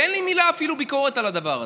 ואין לי אפילו מילת ביקורת על הדבר הזה,